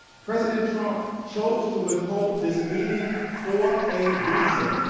president trump chose to withhold this meeting for a reason.